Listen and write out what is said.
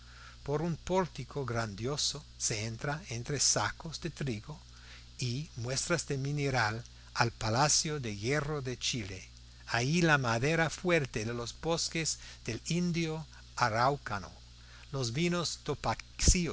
por un pórtico grandioso se entra entre sacos de trigo y muestras de mineral al palacio de hierro de chile allí la madera fuerte de los bosques del indio araucano los vinos topacios